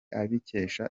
abikesha